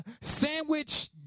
sandwich